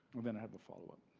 then i have a follow-up.